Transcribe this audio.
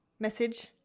Message